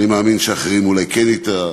אני מאמין שלאחרים אולי כן הייתה.